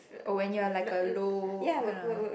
oh when you are like a low kinda